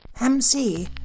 MC